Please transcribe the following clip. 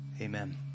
Amen